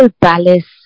palace